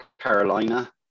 Carolina